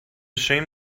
shame